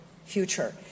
future